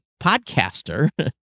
podcaster